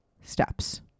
steps